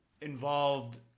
involved